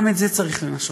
גם את זה צריך לשנות.